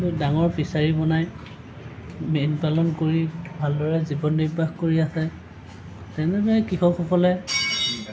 ডাঙৰ ফিছাৰী বনাই মীনপালন কৰি ভালদৰে জীৱন নিৰ্বাহ কৰি আছে তেনেদৰে কৃষকসকলে